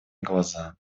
глаза